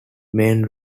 main